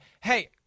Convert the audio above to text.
hey